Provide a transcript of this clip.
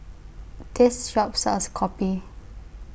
This Shop sells Kopi